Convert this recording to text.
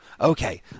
Okay